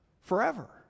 forever